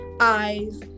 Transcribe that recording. eyes